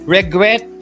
Regret